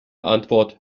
antwort